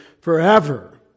forever